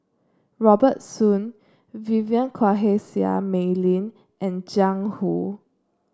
Robert Soon Vivien Quahe Seah Mei Lin and Jiang Hu